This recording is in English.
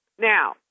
Now